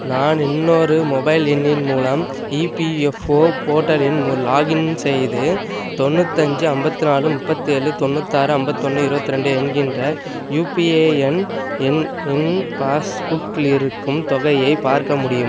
நான் இன்னொரு மொபைல் எண்ணின் மூலம் இபிஎஃப்ஓ போர்ட்டலில் லாகின் செய்து தொண்ணூத்தஞ்சு ஐம்பத்தி நாலு முப்பத்தி ஏழு தொண்ணூத்தாறு ஐம்பத்தொன்று இருபத்தி ரெண்டு என்கின்ற யுபிஏஎன் எண் என் பாஸ்புக்கில் இருக்கும் தொகையை பார்க்க முடியுமா